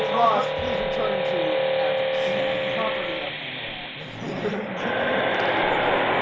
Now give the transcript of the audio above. please return to address yeah property um um iran okay,